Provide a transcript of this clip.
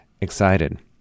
excited